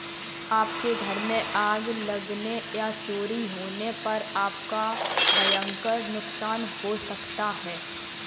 आपके घर में आग लगने या चोरी होने पर आपका भयंकर नुकसान हो सकता है